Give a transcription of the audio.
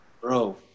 bro